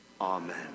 Amen